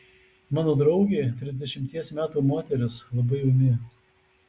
mano draugė trisdešimties metų moteris labai ūmi